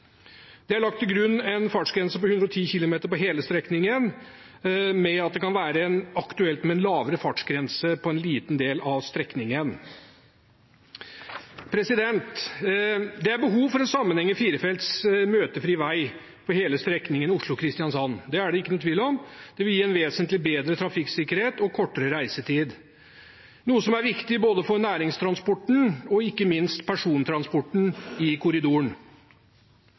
Det er lagt til grunn en fartsgrense på 110 km/t på hele strekningen, men det kan være aktuelt med en lavere fartsgrense på en liten del av strekningen. Det er behov for en sammenhengende firefelts møtefri vei på hele strekningen Oslo–Kristiansand. Det er det ingen tvil om. Det vil gi vesentlig bedre trafikksikkerhet og kortere reisetid, noe som er viktig både for næringstransporten og ikke minst for persontransporten i korridoren.